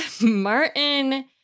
Martin